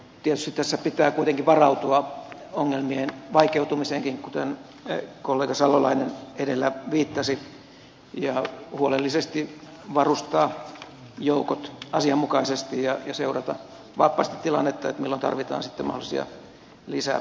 tietysti tässä pitää kuitenkin varautua ongelmien vaikeutumiseenkin mihin kollega salolainen edellä viittasi ja varustaa joukot huolellisesti ja asianmukaisesti sekä seurata tilannetta valppaasti jotta nähdään milloin tarvitaan mahdollisia lisäsuojatoimia